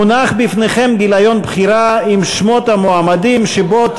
מונח בפניכם גיליון בחירה עם שמות המועמדים, שבו,